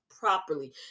properly